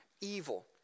evil